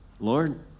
Lord